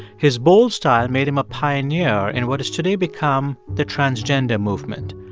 his bold style made him a pioneer in what has today become the transgender movement.